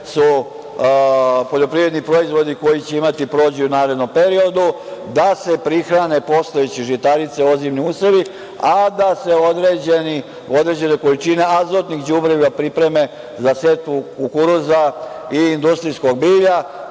su poljoprivredni proizvodi koji će imati prođu u narednom periodu, da se prihrane postojeće žitarice, ozime usevi, a da se određene količine azotnih đubriva pripreme za setvu kukuruza i industrijskog bilja.